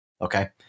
okay